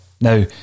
Now